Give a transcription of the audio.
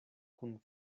kun